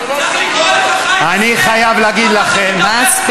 אני חייב להגיד לכם,